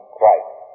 Christ